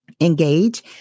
Engage